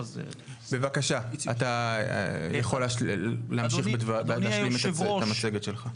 בבקשה, אתה יכול להמשיך את המצגת שלך.